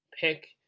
pick